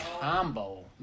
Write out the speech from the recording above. combo